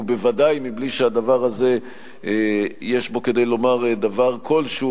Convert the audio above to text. ובוודאי בלי שהדבר הזה יש בו כדי לומר דבר כלשהו